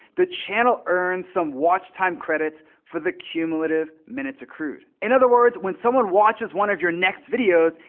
the channel earns some watch time credits for the cumulative minutes accrued. in other words, when someone watches one of your next videos,